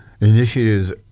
initiatives